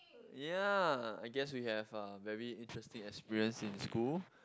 ya I guess we have uh very interesting experience in school